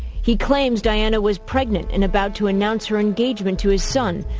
he claims diana was pregnant. and about to announce her engagement to his son.